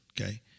okay